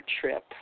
trip